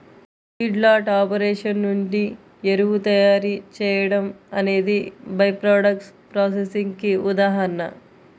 feedlot operation నుండి ఎరువు తయారీ చేయడం అనేది బై ప్రాడక్ట్స్ ప్రాసెసింగ్ కి ఉదాహరణ